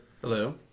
Hello